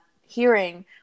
hearing